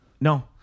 No